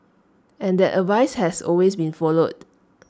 and that advice has always been followed